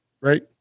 right